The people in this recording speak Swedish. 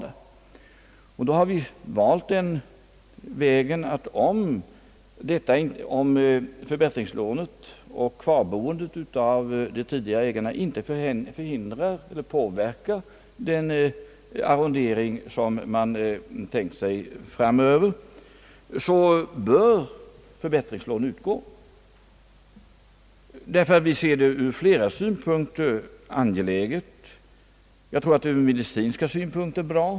Där har vi valt den vägen, att om förbättringslånet och kvarboendet av de tidigare ägarna inte förändrar eller påverkar den arrondering, som man tänkt sig framöver, så bör förbättringslån utgå. Vi anser det nämligen ur flera synpunkter angeläget. Jag tror att det är bra ur medicinska synpunkter.